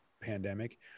pandemic